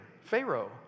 Pharaoh